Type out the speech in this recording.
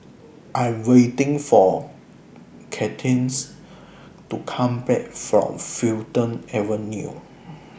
I Am waiting For Cadence to Come Back from Fulton Avenue